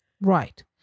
Right